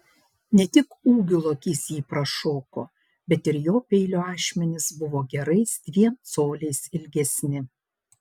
ne tik ūgiu lokys jį prašoko bet ir jo peilio ašmenys buvo gerais dviem coliais ilgesni